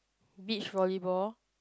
beach volleyball